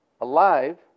alive